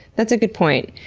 that's a good point.